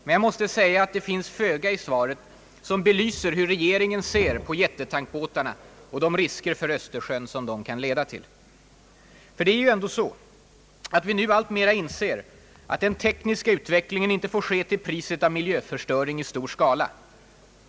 Men jag måste säga att det finns föga i svaret som belyser hur regeringen ser på jättetankbåtarna och de risker för Östersjön som de kan leda till. Det är ju ändå så att vi nu alltmer inser att den tekniska utvecklingen inte får ske till priset av miljöförstöring i stor skala.